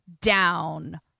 down